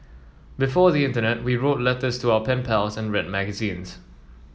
before the internet we wrote letters to our pen pals and read magazines